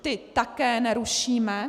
Ty také nerušíme.